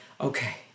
okay